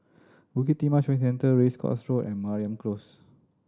Bukit Timah Shopping Centre Race Course Road and Mariam Close